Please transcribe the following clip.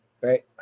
right